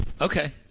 Okay